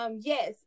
Yes